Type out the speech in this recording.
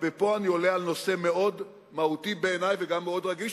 ופה אני עולה על נושא מאוד מהותי בעיני וגם מאוד רגיש,